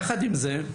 יחד עם זה,